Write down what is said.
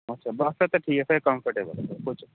ਅੱਛਾ ਬਸ ਫੇਰ ਠੀਕ ਐ ਫੇਰ ਕੰਫਰਟੇਬਲ ਐ ਕੋਈ ਚੱਕਰ ਨੀ